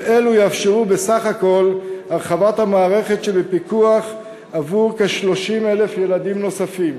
ואלו יאפשרו בסך-הכול הרחבת המערכת שבפיקוח עבור כ-30,000 ילדים נוספים.